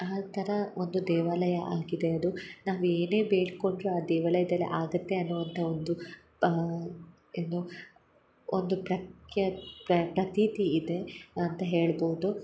ಆ ಥರ ಒಂದು ದೇವಾಲಯ ಆಗಿದೆ ಅದು ನಾವು ಏನೇ ಬೇಡ್ಕೊಂಡರು ಆ ದೇವಾಲಯದಲ್ಲಿ ಆಗುತ್ತೆ ಅನ್ನೋವಂಥ ಒಂದು ಏನು ಒಂದು ಪ್ರಕ್ಯಾ ಪ್ರತೀತಿ ಇದೆ ಅಂತ ಹೇಳ್ಬೋದು